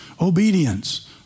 obedience